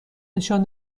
نشان